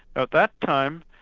at that time,